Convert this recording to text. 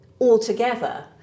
altogether